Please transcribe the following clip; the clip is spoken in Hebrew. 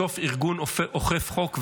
בסוף ארגון אוכף חוק,